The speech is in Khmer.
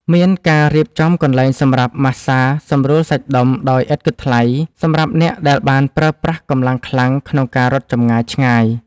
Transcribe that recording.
មានការរៀបចំកន្លែងសម្រាប់ម៉ាស្សាសម្រួលសាច់ដុំដោយឥតគិតថ្លៃ សម្រាប់អ្នកដែលបានប្រើប្រាស់កម្លាំងខ្លាំងក្នុងការរត់ចម្ងាយឆ្ងាយ។